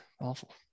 awful